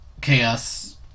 chaos